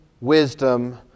wisdom